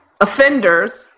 offenders